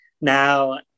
Now